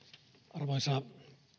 arvoisa